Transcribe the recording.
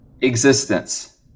existence